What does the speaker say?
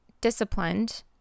disciplined